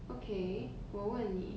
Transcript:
okay 我问你